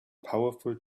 powerful